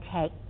take